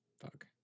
Fuck